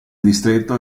distretto